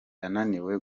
yananiwe